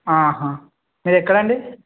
మీదెక్కడండి